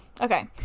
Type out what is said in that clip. Okay